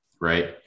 Right